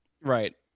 right